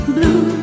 Blue